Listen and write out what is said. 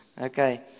Okay